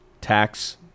Tax